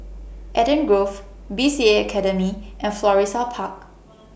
Eden Grove B C A Academy and Florissa Park